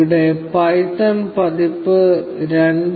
ഇവിടെ പൈത്തൺ പതിപ്പ് 2